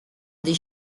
des